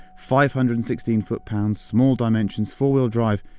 five hundred and sixteen foot-pounds, small dimensions, four-wheel drive,